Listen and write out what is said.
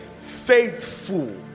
faithful